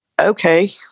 Okay